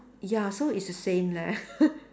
ya so it's the same leh